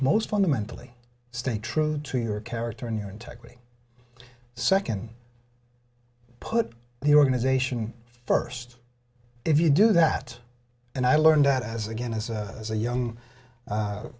most fundamentally stay true to your character and your integrity second put the organization first if you do that and i learned that as again as a young